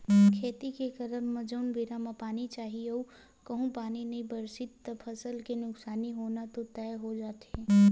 खेती के करब म जउन बेरा म पानी चाही अऊ कहूँ पानी नई बरसिस त फसल के नुकसानी होना तो तय हो जाथे